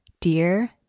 Dear